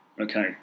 okay